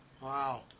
Wow